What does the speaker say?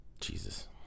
Jesus